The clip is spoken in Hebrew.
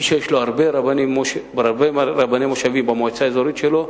מי שיש לו הרבה רבני מושבים במועצה האזורית שלו,